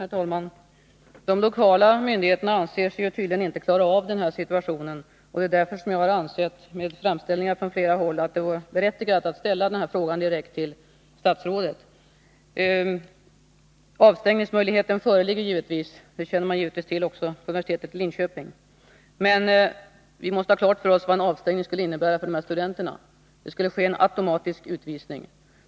Herr talman! De lokala myndigheterna anser sig tydligen inte klara av den här situationen, och det är därför jag ansett — efter framställningar från flera håll — att det var berättigat att ställa den här frågan direkt till statsrådet. Avstängningsmöjligheten föreligger givetvis — det känner man naturligtvis till också vid universitetet i Linköping. Men vi måste ha klart för oss vad en avstängning skulle innebära för de här studenterna. Det skulle ske en automatisk utvisning.